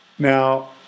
Now